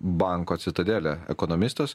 banko citadele ekonomistas